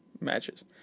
Matches